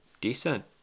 decent